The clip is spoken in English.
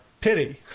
pity